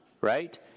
right